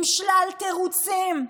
עם שלל תירוצים,